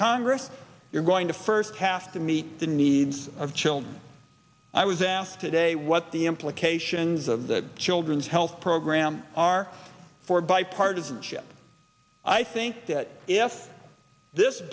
congress you're going to first have to meet the needs of children i was asked today what the implications of the children's health program are for bipartisanship i think that if this